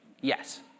Yes